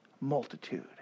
multitude